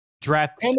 draft